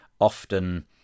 often